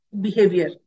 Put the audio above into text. behavior